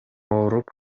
ооруп